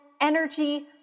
energy